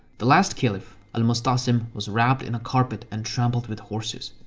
the last caliph, al-musta'sim was wrapped in a carpet and trampled with horses.